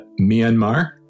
Myanmar